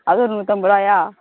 அது ஒரு நூற்றம்பது ரூபாயா